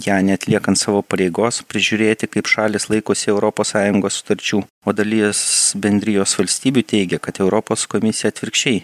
ją neatliekant savo pareigos prižiūrėti kaip šalys laikosi europos sąjungos sutarčių o dalies bendrijos valstybių teigia kad europos komisija atvirkščiai